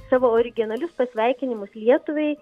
savo originalius pasveikinimus lietuvai